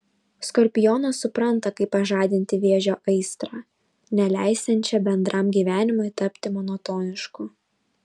skorpionas supranta kaip pažadinti vėžio aistrą neleisiančią bendram gyvenimui tapti monotonišku